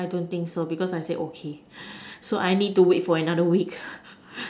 I don't think so because I said okay so I need to wait for another week